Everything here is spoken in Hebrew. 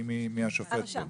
מי השופט פה?